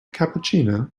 cappuccino